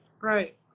Right